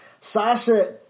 Sasha